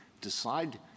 decide